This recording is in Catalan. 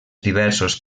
diversos